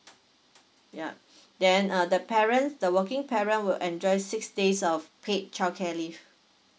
ya then uh the parents the working parent will enjoy six days of paid childcare leave